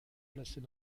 placés